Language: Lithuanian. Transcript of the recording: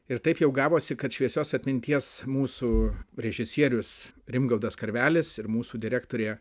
ir taip jau gavosi kad šviesios atminties mūsų režisierius rimgaudas karvelis ir mūsų direktorė